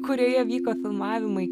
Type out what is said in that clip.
kurioje vyko filmavimai